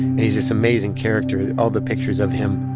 and he's this amazing character. all the pictures of him,